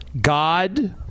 God